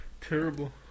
Terrible